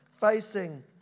facing